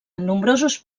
nombrosos